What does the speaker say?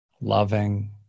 loving